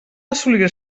assolir